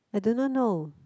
I do not know